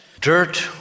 dirt